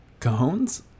cajones